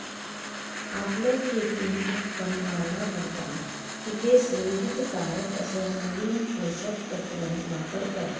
आपलं खेतीन उत्पन वाढावा करता पिकेसले हितकारक अस नवीन पोषक तत्वन वापर करा